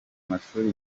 mashuri